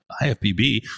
IFBB